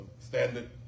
Standard